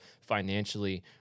financially